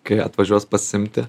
kai atvažiuos pasiimti